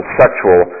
sexual